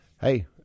Hey